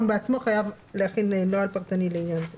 בעצמו חייב להכין נוהל פרטני לעניין זה